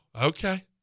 Okay